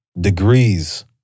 degrees